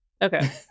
Okay